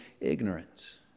ignorance